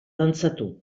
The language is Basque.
dantzatu